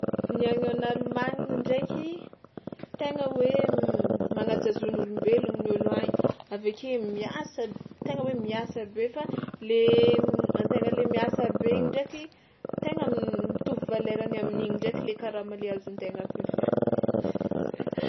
Ny any en Allemagne ndraiky tegna hoe m- magnaja zon'olombelona ny ôlo agny avy ake miasa tegna hoe miasa be fa le an-tegna le miasa be igny ndraiky tegna m- mitovy valerany amin'igny ndraiky le karama le azon-tegna avy avy any.